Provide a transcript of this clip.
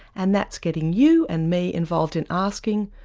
and that's getting you and me involved in asking,